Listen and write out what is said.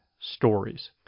stories